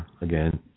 again